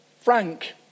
Frank